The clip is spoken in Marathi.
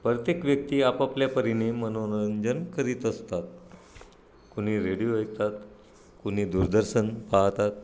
प्रत्येक व्यक्ती आपापल्या परीने मनोरंजन करीत असतात कुणी रेडिओ ऐकतात कुणी दूरदर्शन पाहतात